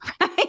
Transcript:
Right